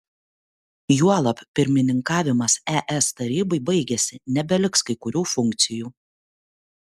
juolab pirmininkavimas es tarybai baigėsi nebeliks kai kurių funkcijų